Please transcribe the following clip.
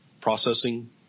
processing